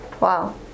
Wow